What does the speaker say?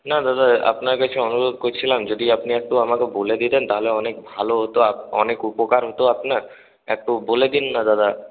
না দাদা আপনার কাছে অনুরোধ করছিলাম যদি আপনি একটু আমাকে বলে দিতেন তাহলে অনেক ভালো হতো অনেক উপকার হতো আপনার একটু বলে দিন না দাদা